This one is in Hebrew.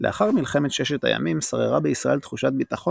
לאחר מלחמת ששת הימים שררה בישראל תחושת ביטחון